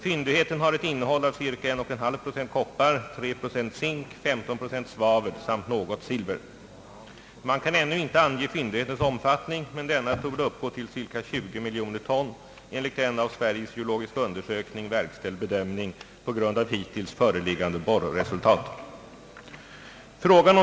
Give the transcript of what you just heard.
Fyndigheten har ett innehåll av ca 1,5 procent koppar, 3 procent zink, 15 procent svavel samt något silver. Man kan ännu inte ange fyndighetens omfattning men denna torde uppgå till ca 20 miljoner ton enligt en av Sveriges geologiska undersökning verkställd bedömning på grund av hittills föreliggande borresultat.